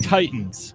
Titans